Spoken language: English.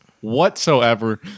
whatsoever